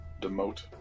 demote